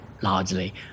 largely